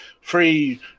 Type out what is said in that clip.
Free